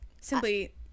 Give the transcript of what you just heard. Simply